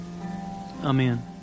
Amen